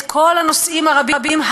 את כל הנושאים הרבים,